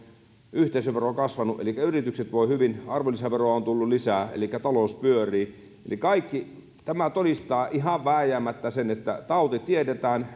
yhteisövero kasvanut elikkä yritykset voivat hyvin arvonlisäveroa on tullut lisää elikkä talous pyörii eli kaikki tämä todistaa ihan vääjäämättä sen että tauti tiedetään